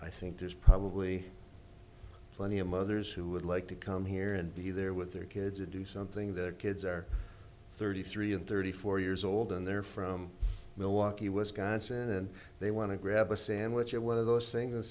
i think there's probably plenty of mothers who would like to come here and be there with their kids and do something that kids are thirty three and thirty four years old and they're from milwaukee wisconsin and they want to grab a sandwich or one of those things and